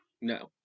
no